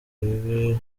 ibibi